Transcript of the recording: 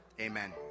Amen